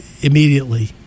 immediately